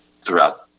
throughout